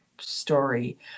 story